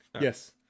Yes